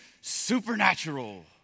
supernatural